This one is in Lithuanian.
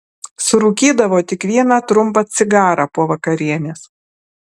surūkydavo tik vieną trumpą cigarą po vakarienės